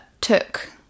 took